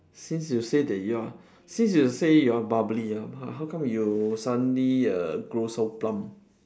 since you say that you are since you say you are bubbly ah but how come you suddenly err grow so plump